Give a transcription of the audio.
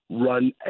run